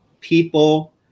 people